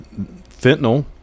Fentanyl